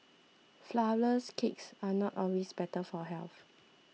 Flourless Cakes are not always better for health